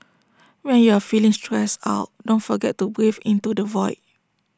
when you are feeling stressed out don't forget to breathe into the void